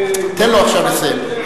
תן לו עכשיו לסיים,